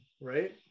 right